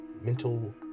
mental